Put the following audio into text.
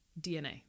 DNA